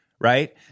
right